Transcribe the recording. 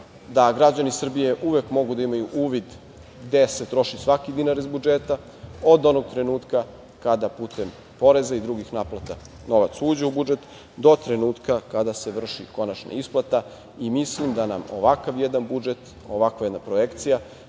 da građani Srbije uvek mogu da imaju uvid gde se troši svaki dinar iz budžeta, od onog trenutka kada putem poreza i drugih naplata novac uđe u budžet, do trenutka kada se vrši konačna isplata. Mislim da nam ovakav jedan budžet, ovakva jedna projekcija